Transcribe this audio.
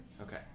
Okay